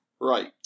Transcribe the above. Right